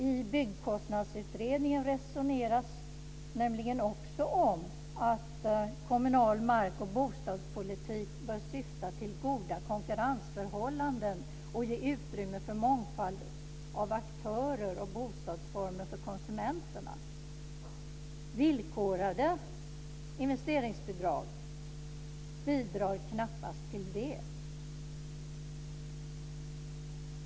I Byggkostnadsutredningen resoneras det också om att kommunal mark och bostadspolitik bör syfta till goda konkurrensförhållanden och ge utrymme för en mångfald av aktörer och bostadsformer för konsumenterna. Villkorade investeringsbidrag bidrar knappast till det.